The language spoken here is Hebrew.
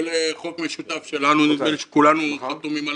עולה חוק משותף שלנו, נדמה לי שכולנו חתומים עליו,